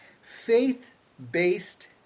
Faith-based